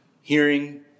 hearing